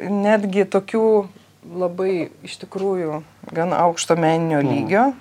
netgi tokių labai iš tikrųjų gan aukšto meninio lygio